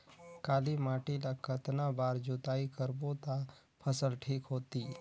काली माटी ला कतना बार जुताई करबो ता फसल ठीक होती?